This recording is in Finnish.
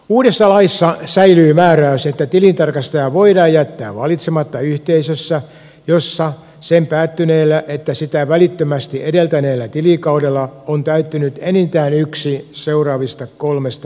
uudessa laissa säilyy määräys että tilintarkastaja voidaan jättää valitsematta yhteisössä jossa sekä päättyneellä että sitä välittömästi edeltäneellä tilikaudella on täyttynyt enintään yksi seuraavista kolmesta edellytyksestä